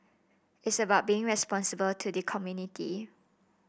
it's about being responsible to the community